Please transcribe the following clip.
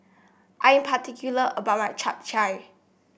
I'm particular about my Chap Chai